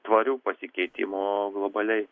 tvarių pasikeitimų globaliai